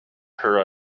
her